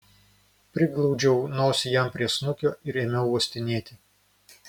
priglaudžiau nosį jam prie snukio ir ėmiau uostinėti